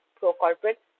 pro-corporate